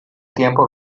tiempo